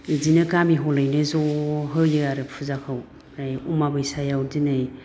बिदिनो गामि हलैनो ज' होयो आरो फुजाखौ ओमफ्राय अमा बैसायाव दिनै